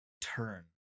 turn